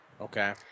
Okay